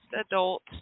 adult